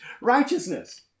righteousness